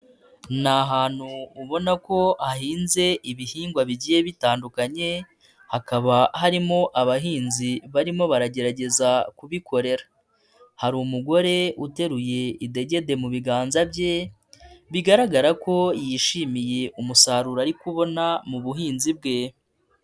Ni ahantu ubona ko hahinze ibihingwa bigiye bitandukanye hakaba harimo abahinzi barimo baragerageza kubikorera, hari umugore uteruye idegede mu biganza bye bigaragara ko yishimiye umusaruro ari kubona mu buhinzi bwe.